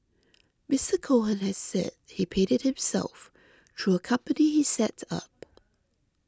Mister Cohen has said he paid it himself through a company he set up